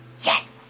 yes